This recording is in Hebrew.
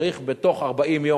צריך בתוך 40 יום,